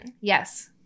Yes